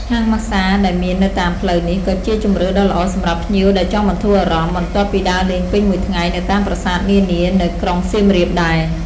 ហាងម៉ាស្សាដែលមាននៅតាមផ្លូវនេះ ក៏ជាជម្រើសដ៏ល្អសម្រាប់ភ្ញៀវដែលចង់បន្ធូរអារម្មណ៍ បន្ទាប់ពីដើរលេងពេញមួយថ្ងៃនៅតាមប្រាសាទនានានៅក្រុងសៀមរាបដែរ។